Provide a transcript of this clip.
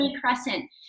crescent